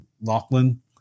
Lachlan